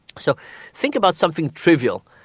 so think about something trivial,